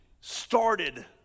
started